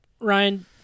ryan